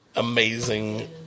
Amazing